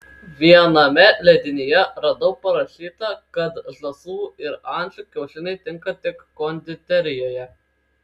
viename leidinyje radau parašyta kad žąsų ir ančių kiaušiniai tinka tik konditerijoje